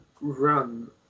run